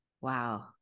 wow